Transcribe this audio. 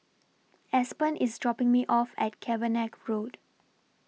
Aspen IS dropping Me off At Cavenagh Road